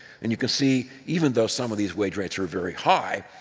and you can see, even though some of these wage rates are very high,